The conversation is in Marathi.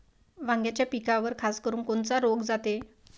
वांग्याच्या पिकावर खासकरुन कोनचा रोग जाते?